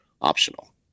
optional